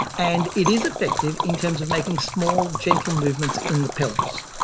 and it is effective in terms of making small, gentle movements in the pelvis.